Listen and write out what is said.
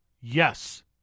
Yes